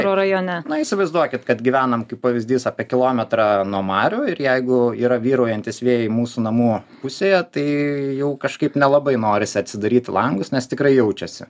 na įsivaizduokit kad gyvenam kaip pavyzdys apie kilometrą nuo marių ir jeigu yra vyraujantys vėjai mūsų namo pusėje tai jau kažkaip nelabai norisi atsidaryti langus nes tikrai jaučiasi